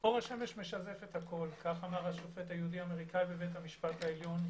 פה השמש משזפת הכול כך אמר השופט היהודי האמריקאי בבית המשפט העליון,